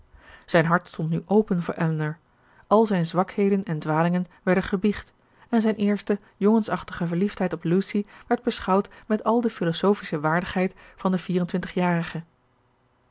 zijn hart stond nu open voor elinor al zijne zwakheden en dwalingen werden gebiecht en zijne eerste jongensachtige verliefdheid op lucy werd beschouwd met al de philosofische waardigheid van den vier en